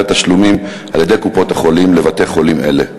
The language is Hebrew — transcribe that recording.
התשלומים על-ידי קופות-החולים לבתי-חולים אלה?